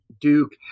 Duke